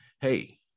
hey